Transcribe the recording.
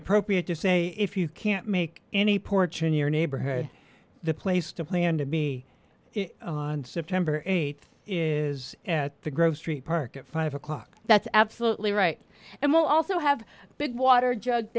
appropriate to say if you can't make any porch in your neighborhood the place to plan to be on september th is at the grove street park at five o'clock that's absolutely right and we'll also have big water ju